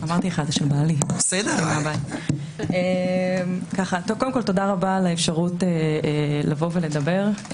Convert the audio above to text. קודם כול, תודה רבה על האפשרות לבוא ולדבר.